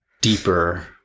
deeper